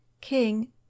king